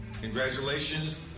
Congratulations